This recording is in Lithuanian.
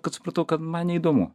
kad supratau kad man neįdomu